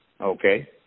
Okay